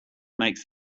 makes